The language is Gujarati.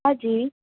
હાજી